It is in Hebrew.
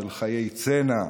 של חיי צנע,